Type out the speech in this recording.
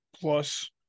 plus